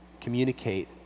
communicate